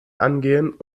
angehen